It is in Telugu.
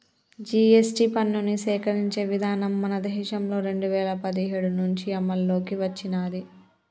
జీ.ఎస్.టి పన్నుని సేకరించే విధానం మన దేశంలో రెండు వేల పదిహేడు నుంచి అమల్లోకి వచ్చినాది